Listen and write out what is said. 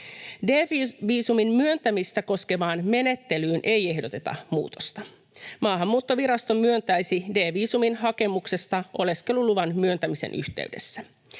D-viisumin myöntämistä koskevaan menettelyyn ei ehdoteta muutosta. Maahanmuuttovirasto myöntäisi D-viisumin hakemuksesta oleskeluluvan myöntämisen yhteydessä.